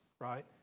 Right